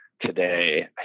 today